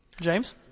James